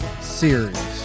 series